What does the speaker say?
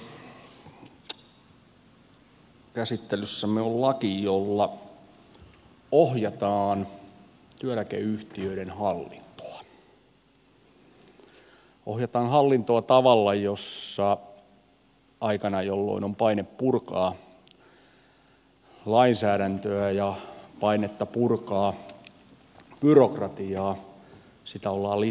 käsittelyssämme on laki jolla ohjataan työeläkeyhtiöiden hallintoa ohjataan hallintoa aikana jolloin on paine purkaa lainsäädäntöä ja painetta purkaa byrokratiaa sitä ollaan lisäämässä